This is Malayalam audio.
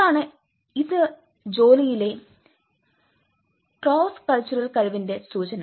അതായത് ഇതാണ് ജോലിയിലെ ക്രോസ് കൾച്ചറൽ കഴിവിന്റെ സൂചന